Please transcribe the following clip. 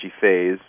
phase